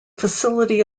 facility